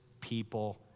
people